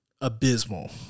abysmal